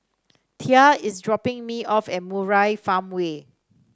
Tia is dropping me off at Murai Farmway